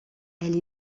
elle